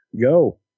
Go